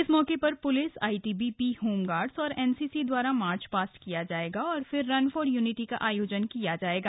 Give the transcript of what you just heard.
इस मौके पर पुलिस आईटीबीपी होमगार्ड और एनसीसी द्वारा मार्चपास्ट किया जाएगा और फिर रन फॉर यूनिटी का आयोजन किया जाएगा